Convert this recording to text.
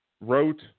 wrote